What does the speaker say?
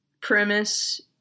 premise